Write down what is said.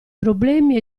problemi